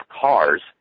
cars